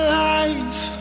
life